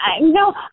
no